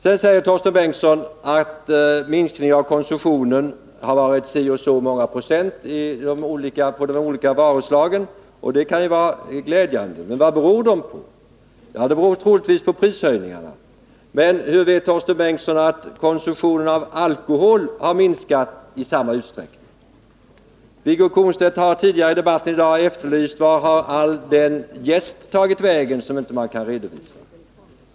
Sedan säger Torsten Bengtson att minskningen av konsumtionen har varit si och så många procent för de olika varuslagen. Det kan ju vara glädjande, men vad beror det på? Jo, det beror naturligtvis på prishöjningarna. Men hur vet Torsten Bengtson att konsumtionen av alkohol har minskat i samma utsträckning. Wiggo Komstedt har tidigare i debatten i dag efterlyst vart all den jäst tagit vägen som man inte kan redovisa.